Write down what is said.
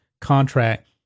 contract